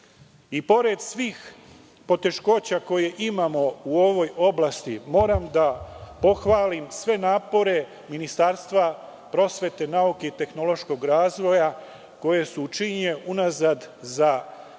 svih poteškoća koje imamo u ovoj oblasti, moram da pohvalim sve napore Ministarstva prosvete, nauke i tehnološkog razvoja, koji su učinjeni unazad za pet